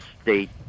state